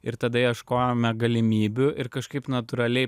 ir tada ieškojome galimybių ir kažkaip natūraliai